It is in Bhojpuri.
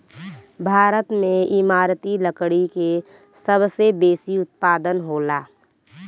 भारत में इमारती लकड़ी के सबसे बेसी उत्पादन होला